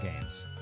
games